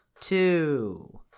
two